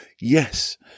yes